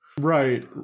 Right